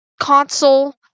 console